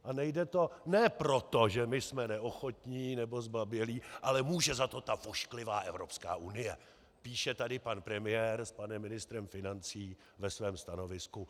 A nejde to ne proto, že my jsme neochotní nebo zbabělí, ale může za to ta ošklivá Evropská unie, píše tady pan premiér s panem ministrem financí ve svém stanovisku.